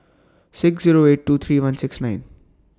six Zero eight two three one six nine